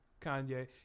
Kanye